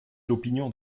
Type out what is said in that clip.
l’opinion